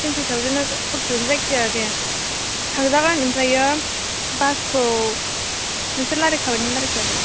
twenty थावजेनना फरटि थावजेन जायखिया दे थांजागोन ओमफ्राय बासखौ नोंसोर रायलायखाबायना रायलायखायाखै